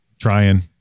trying